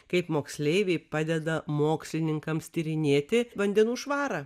kaip moksleiviai padeda mokslininkams tyrinėti vandenų švarą